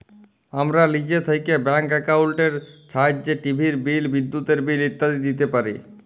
আমরা লিজে থ্যাইকে ব্যাংক একাউল্টের ছাহাইয্যে টিভির বিল, বিদ্যুতের বিল ইত্যাদি দিইতে পারি